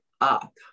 up